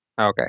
Okay